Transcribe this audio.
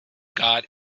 god